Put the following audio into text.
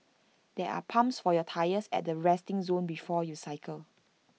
there are pumps for your tyres at the resting zone before you cycle